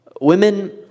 Women